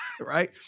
right